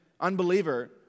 unbeliever